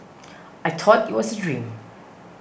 I thought it was a dream